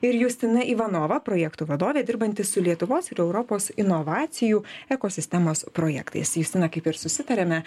ir justina ivanova projektų vadovė dirbanti su lietuvos ir europos inovacijų ekosistemos projektais justina kaip ir susitarėme